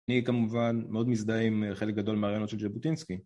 אני כמובן מאוד מזדהה עם חלק גדול מהרעיונות של ז'בוטינסקי